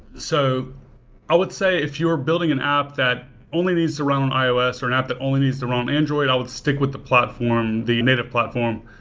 so i would say if you're building an app that only needs to run on ios an app that only needs to run on android, i would stick with the platform, the native platform.